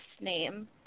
name